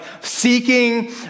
seeking